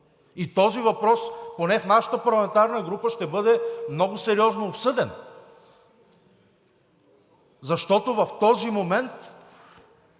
И този въпрос, поне в нашата парламентарна група, ще бъде много сериозно обсъден. Защото в този момент